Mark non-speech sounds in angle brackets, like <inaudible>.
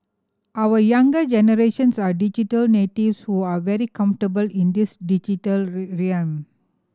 our younger generations are digital natives who are very comfortable in this digital <unintelligible> realm